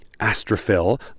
Astrophil